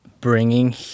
bringing